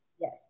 Yes